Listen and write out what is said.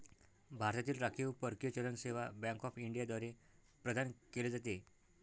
भारतातील राखीव परकीय चलन सेवा बँक ऑफ इंडिया द्वारे प्रदान केले जाते